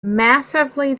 massively